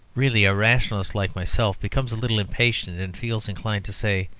really, a rationalist like myself becomes a little impatient and feels inclined to say,